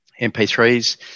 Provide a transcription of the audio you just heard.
MP3s